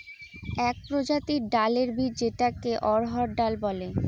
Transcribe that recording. এক প্রজাতির ডালের বীজ যেটাকে অড়হর ডাল বলে